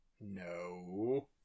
No